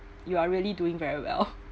you are really doing very well